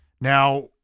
Now